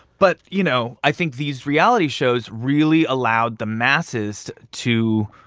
but you know, i think these reality shows really allowed the masses to